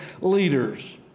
leaders